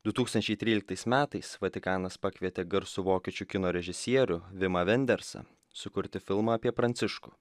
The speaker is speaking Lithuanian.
du tūkstančiai tryliktais metais vatikanas pakvietė garsų vokiečių kino režisierių vimą vendersą sukurti filmą apie pranciškų